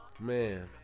Man